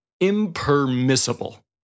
impermissible